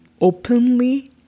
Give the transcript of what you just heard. openly